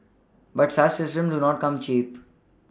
but such systems do not come cheap